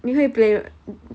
你会 play